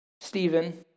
Stephen